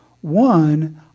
one